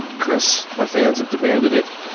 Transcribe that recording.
chris, my fans have demanded it,